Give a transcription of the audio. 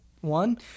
one